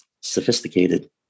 sophisticated